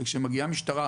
מגיעה משטרה,